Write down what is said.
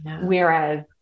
whereas